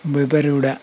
ବୈପାରିଗୁଡ଼ା